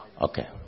Okay